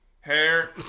hair